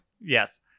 Yes